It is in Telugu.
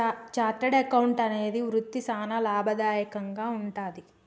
చార్టర్డ్ అకౌంటెంట్ అనే వృత్తి సానా లాభదాయకంగా వుంటది